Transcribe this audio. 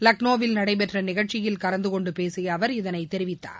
லக்னோவில் நடைபெற்ற நிகழ்ச்சியில் கலந்துகொண்டு பேசிய அவர் இதைத் தெரிவித்தார்